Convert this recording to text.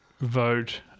vote